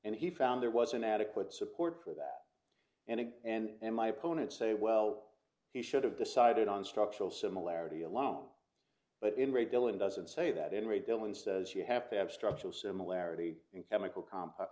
and he found there was an adequate support for that and my opponent say well he should have decided on structural similarity alone but in re dillon doesn't say that in rebuilding says you have to have structural similarity and chemical compound